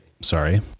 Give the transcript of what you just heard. sorry